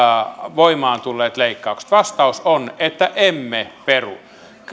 voimaan tulleet leikkaukset vastaus on että emme peru